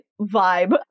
vibe